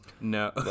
no